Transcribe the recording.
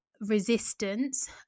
resistance